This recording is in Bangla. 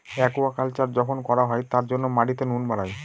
একুয়াকালচার যখন করা হয় তার জন্য মাটিতে নুন বাড়ায়